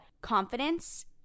confidence